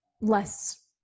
less